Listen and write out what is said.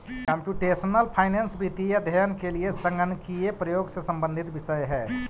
computational finance वित्तीय अध्ययन के लिए संगणकीय प्रयोग से संबंधित विषय है